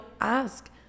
ask